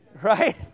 right